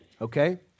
okay